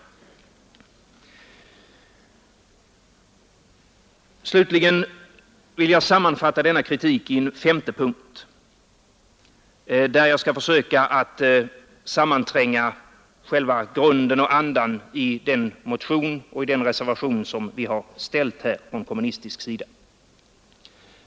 Slutligen vill jag sammanfatta denna kritik i en femte punkt, i vilken jag skall försöka att sammantränga själva grunden och andan i den motion vi väckt och den reservation vi avgivit från kommunistisk sida.